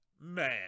man